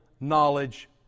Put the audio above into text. knowledge